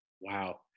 Wow